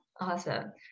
Awesome